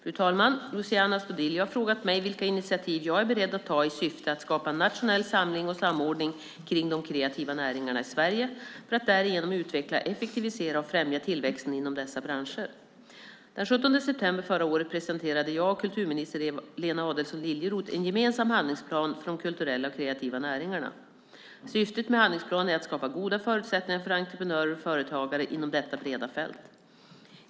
Fru talman! Luciano Astudillo har frågat mig vilka initiativ jag är beredd att ta i syfte att skapa en nationell samling och samordning kring de kreativa näringarna i Sverige för att därigenom utveckla, effektivisera och främja tillväxten inom dessa branscher. Den 17 september förra året presenterade jag och kulturminister Lena Adelsohn-Liljeroth en gemensam handlingsplan för de kulturella och kreativa näringarna. Syftet med handlingsplanen är att skapa goda förutsättningar för entreprenörer och företagare inom detta breda fält.